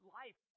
life